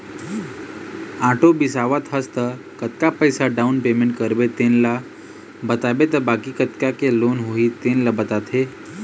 auto बिसावत हस त कतका पइसा डाउन पेमेंट करबे तेन ल बताबे त बाकी कतका के लोन होही तेन ल बताथे